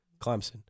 Clemson